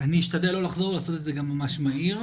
אני אשתדל לא לחזור, לעשות את זה גם ממש מהיר.